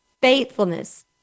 faithfulness